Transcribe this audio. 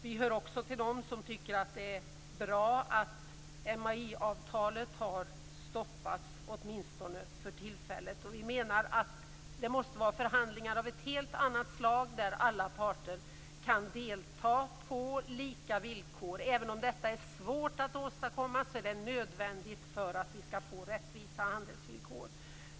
Vi hör också till dem som tycker att det är bra att MAI-avtalet har stoppats, åtminstone för tillfället. Vi menar att det måste vara förhandlingar av ett helt annat slag, där alla parter kan delta på lika villkor. Även om detta är svårt att åstadkomma är det nödvändigt för att vi skall få rättvisa handelsvillkor.